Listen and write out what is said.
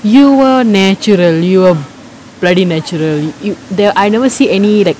you were natural you were bloody natural you there I never see any like